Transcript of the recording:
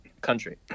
country